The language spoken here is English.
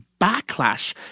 backlash